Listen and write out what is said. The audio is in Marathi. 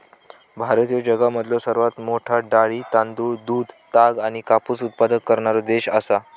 भारत ह्यो जगामधलो सर्वात मोठा डाळी, तांदूळ, दूध, ताग आणि कापूस उत्पादक करणारो देश आसा